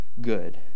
good